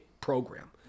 program